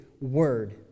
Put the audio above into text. Word